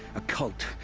a cult.